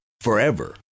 forever